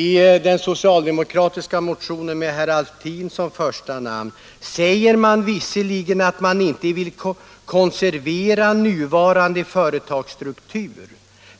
I den socialdemokratiska motionen med herr Alftin som första namn sägs visserligen att man inte vill konservera nuvarande företagsstruktur,